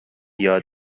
یاد